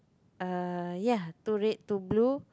uh ya two red two blue